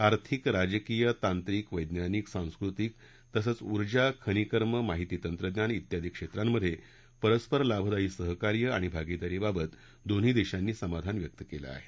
आर्थिक राजकीय तांत्रिक वैज्ञानिक सांस्कृतिक तसंच ऊर्जा खनिजकर्म माहिती तंत्रज्ञान इत्यादी क्षेत्रांमधे परस्पर लाभदायी सहकार्य आणि भागिदारीबाबत दोन्ही देशांनी समाधान व्यक्त केलं आहे